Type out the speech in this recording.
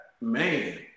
man